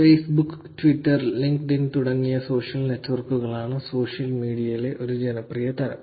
Facebook Twitter LinkedIn തുടങ്ങിയ social നെറ്റ്വർക്കുകളാണ് social മീഡിയയിലെ ഒരു ജനപ്രിയ തരം